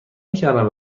نکردم